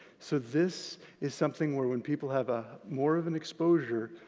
so this is something where when people have ah more of an exposure,